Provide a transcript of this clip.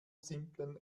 simplen